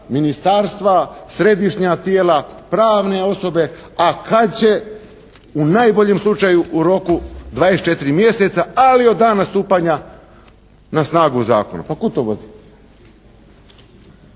ministarstva, središnja tijela, pravne osobe. A kad će u najboljem slučaju u roku 24 mjeseca, ali od dana stupanja na snagu zakona. Pa kud to vodi?